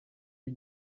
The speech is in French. lui